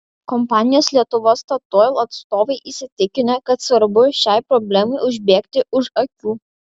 kompanijos lietuva statoil atstovai įsitikinę kad svarbu šiai problemai užbėgti už akių